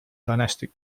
dynastic